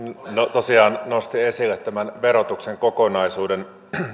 tosiaan nosti esille tämän verotuksen kokonaisuuden